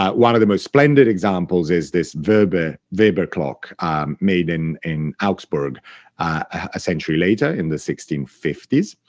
ah one of the most splendid examples is this weber weber clock made in in augsburg a century later, in the sixteen fifty s.